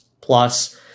plus